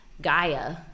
Gaia